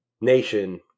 nation